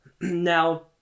Now